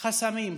"חסמים".